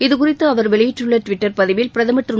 இதுகுறித்து அவர் வெளியிட்டுள்ள ட்விட்டர் பதிவில் பிரதமர் திரு